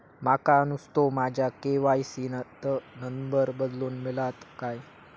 माका नुस्तो माझ्या के.वाय.सी त नंबर बदलून मिलात काय?